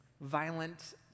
violent